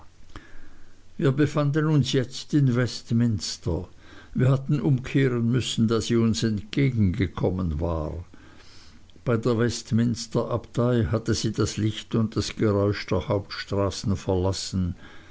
wir befanden uns jetzt in westminster wir hatten umkehren müssen da sie uns entgegengekommen war bei der westminster abtei hatte sie das licht und das geräusch der hauptstraßen verlassen